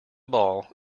ball